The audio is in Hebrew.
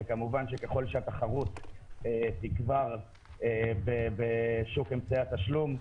וכמובן שככל שהתחרות תגבר בשוק אמצעי התשלום,